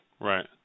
Right